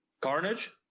carnage